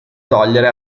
togliere